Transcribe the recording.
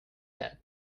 that